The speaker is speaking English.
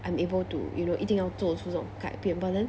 I am able to you know 一定要做出这种改变 but then